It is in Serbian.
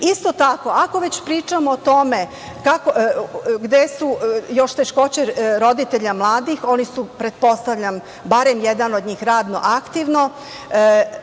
tako, ako već pričamo o tome, kako i gde su još teškoće roditelja mladih, oni su pretpostavljam, barem jedan od njih radno aktivan,